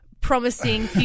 promising